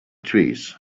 trees